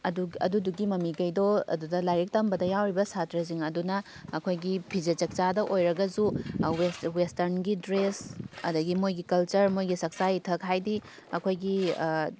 ꯑꯗꯨ ꯑꯗꯨꯗꯨꯒꯤ ꯃꯃꯤꯈꯩꯗꯣ ꯑꯗꯨꯗ ꯂꯥꯏꯔꯤꯛ ꯇꯝꯕꯗ ꯌꯥꯎꯔꯤꯕ ꯁꯥꯇ꯭ꯔꯁꯤꯡ ꯑꯗꯨꯅ ꯑꯩꯈꯣꯏꯒꯤ ꯐꯤꯖꯦꯠ ꯆꯥꯛꯆꯗ ꯑꯣꯏꯔꯒꯁꯨ ꯋꯦꯁ ꯋꯦꯁꯇ꯭ꯔꯟꯒꯤ ꯗ꯭ꯔꯦꯁ ꯑꯗꯨꯗꯒꯤ ꯃꯈꯣꯏꯒꯤ ꯀꯜꯆꯔ ꯃꯈꯣꯏꯒꯤ ꯆꯛꯆꯥ ꯌꯨꯊꯛ ꯍꯥꯏꯗꯤ ꯑꯩꯈꯣꯏꯒꯤ